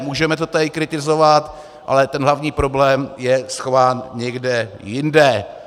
Můžeme to tady kritizovat, ale ten hlavní problém je schován někde jinde.